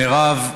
מירב,